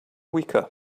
weaker